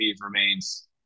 remains